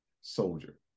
soldier